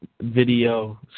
video